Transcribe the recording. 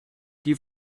die